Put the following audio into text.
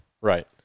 right